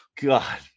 God